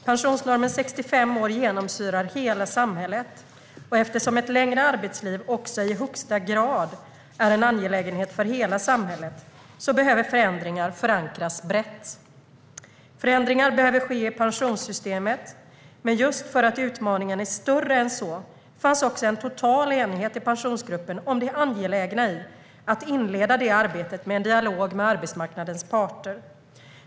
Pensionsnormen 65 år genomsyrar hela samhället, och eftersom ett längre arbetsliv också i högsta grad är en angelägenhet för hela samhället behöver förändringar förankras brett. Förändringar behöver ske i pensionssystemet, men just för att utmaningen är större än så fanns också en total enighet i Pensionsgruppen om det angelägna i att inleda det arbetet med en dialog med arbetsmarknadens parter.